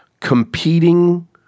competing